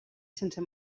sense